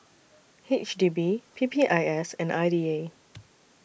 H D B P P I S and I D A